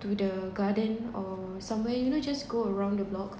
to the garden or somewhere you know just go around the block